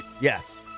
Yes